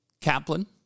Kaplan